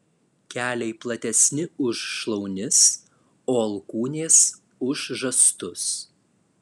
keliai platesni už šlaunis o alkūnės už žastus